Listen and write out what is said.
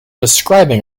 describing